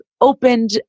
opened